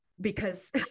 because-